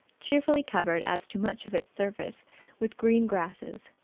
cheerfully covered as to much of its surface with green grasses.